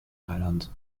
mailand